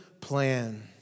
plan